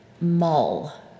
mull